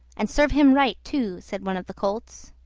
and serve him right, too, said one of the colts.